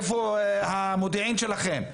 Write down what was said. איפה המודיעין שלכם?